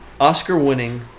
Oscar-winning